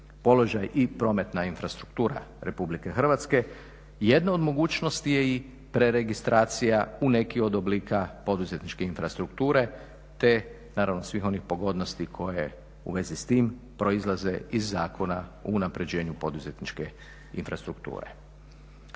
položaj i prometna infrastruktura Republike Hrvatske. Jedna od mogućnosti je i preregistracija u neki od oblika poduzetničke infrastrukture, te naravno svih onih pogodnosti koje u vezi s tim proizlaze iz Zakona o unapređenju poduzetničke infrastrukture.